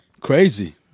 crazy